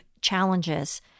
challenges